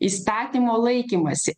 įstatymo laikymąsi